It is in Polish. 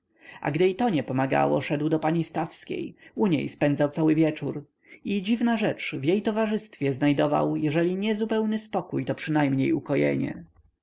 i to nie pomagało szedł do pani stawskiej u niej spędzał cały wieczór i dziwna rzecz w jej towarzystwie znajdował jeżeli nie zupełny spokój to przynajmniej